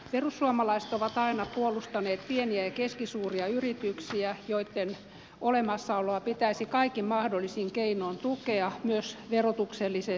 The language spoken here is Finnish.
perussuomalaiset ovat aina puolustaneet pieniä ja keskisuuria yrityksiä joitten olemassaoloa pitäisi kaikin mahdollisin keinoin tukea myös verotuksellisesti